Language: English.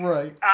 Right